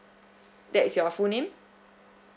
that is your full name